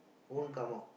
won't come out